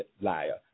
liar